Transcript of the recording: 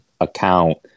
account